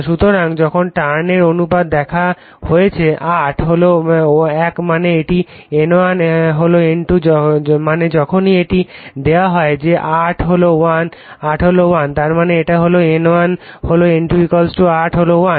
সুতরাং এখন টার্ণের অনুপাত দেওয়া হয়েছে 8 হল 1 মানে এটি N1 হল N2 মানে যখনই এটি দেওয়া হয় যে 8 হল 1 তার মানে এটা হল N1 হল N2 8 হল 1